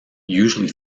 usually